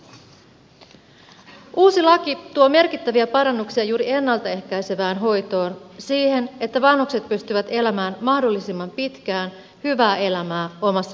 uusi laki tuo merkittäviä parannuksia juuri ennalta ehkäisevään hoitoon siihen että vanhukset pystyvät elämään mahdollisimman pitkään hyvää elämää omassa kodissaan